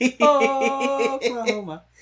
Oklahoma